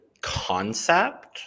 concept